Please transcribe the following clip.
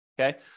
okay